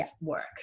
work